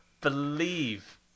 believe